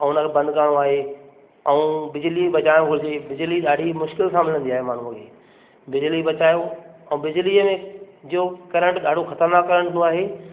ऐं उनखे बंदि करिणो आहे ऐं बिजली बचाइणु घुरिजे बिजली ॾाढी मुश्किल सां मिलंदी आहे माण्हूअ खे बिजली बचायो ऐं बिजलीअ में जो करंट ॾाढो ख़तरनाकु करंट हूंदो आहे